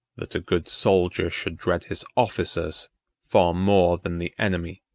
that a good soldier should dread his officers far more than the enemy.